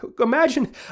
Imagine